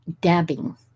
dabbing